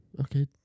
Okay